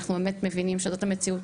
אלא מבינים שזאת המציאות,